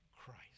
Christ